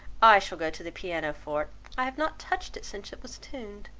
i shall go to the piano-forte i have not touched it since it was tuned.